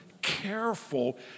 careful